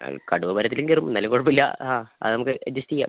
അത് കടുവ മരത്തിലും കയറും എന്നാലും കുഴപ്പമില്ല ആ അത് നമുക്ക് അഡ്ജസ്റ്റ് ചെയ്യാം